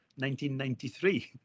1993